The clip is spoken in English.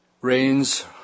rains